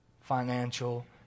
Financial